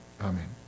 Amen